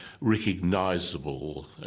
recognisable